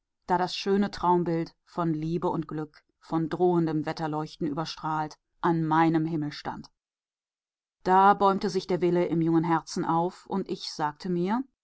da das schöne traumbild von liebe und glück von drohendem wetterleuchten überstrahlt an meinem himmel stand da bäumte sich der wille im jungen herzen auf und ich sagte mir